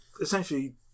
essentially